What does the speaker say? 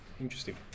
Interesting